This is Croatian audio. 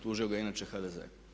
Tužio ga je inače HDZ.